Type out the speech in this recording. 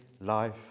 life